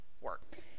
work